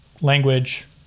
language